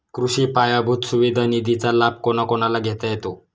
कृषी पायाभूत सुविधा निधीचा लाभ कोणाकोणाला घेता येतो?